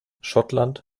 schottland